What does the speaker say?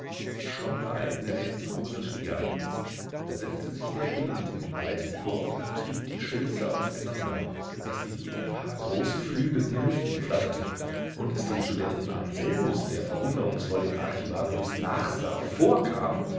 schon war er in der nähe des koselschen gartens da setzte sich der wind in den weiten überrock und trieb die schöße auseinander daß sie wie ein paar große flügel in den lüften flatterten und es dem studenten anselmus der verwunderungsvoll dem archivarius nachsah vorkam